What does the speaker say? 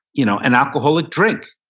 you know an alcoholic drink,